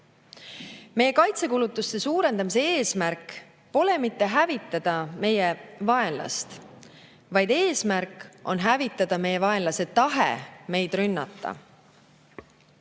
Meie kaitsekulutuste suurendamise eesmärk pole mitte hävitada meie vaenlast, vaid eesmärk on hävitada meie vaenlase tahe meid rünnata.